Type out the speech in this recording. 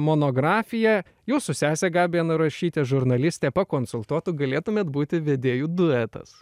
monografiją jūsų sesė gabija narašytė žurnalistė pakonsultuotų galėtumėt būti vedėjų duetas